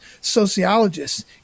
Sociologists